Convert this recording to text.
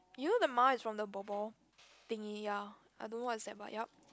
you the mine is from the ball ball thingy ya I don't know what's that but yep